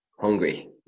hungry